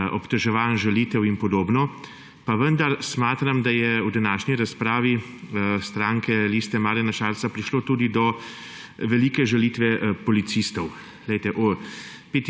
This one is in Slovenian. obtoževanj, žalitev in podobno, pa vendar smatram, da je v današnji razpravi stranke Liste Marjana Šarca prišlo tudi do velike žalitve policistov.